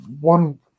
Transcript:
one